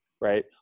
right